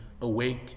awake